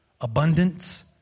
abundance